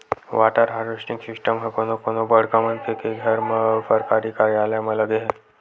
water harvesting system ह कोनो कोनो बड़का मनखे के घर म अउ सरकारी कारयालय म लगे हे